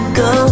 go